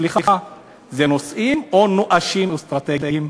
סליחה, זה נושאים או נואשים אסטרטגיים?